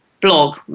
blog